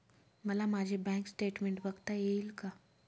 मला माझे bank statement बघता येईल का?